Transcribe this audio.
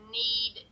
need